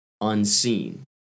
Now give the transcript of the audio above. unseen